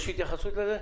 יש התייחסות לזה?